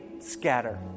scatter